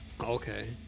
Okay